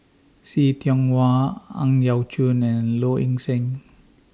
See Tiong Wah Ang Yau Choon and Low Ing Sing